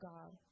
God